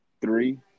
three